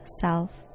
self